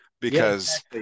because-